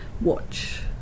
watch